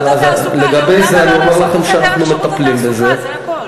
לגבי זה אני אומר לכם שאנחנו מטפלים בזה.